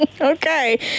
Okay